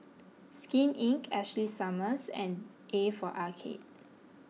Skin Inc Ashley Summers and A for Arcade